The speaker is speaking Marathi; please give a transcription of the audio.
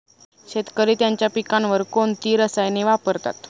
शेतकरी त्यांच्या पिकांवर कोणती रसायने वापरतात?